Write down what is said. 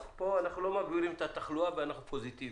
פה אנחנו לא מגבירים את התחלואה ואנחנו פוזיטיביים.